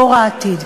דור העתיד.